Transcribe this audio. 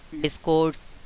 discourse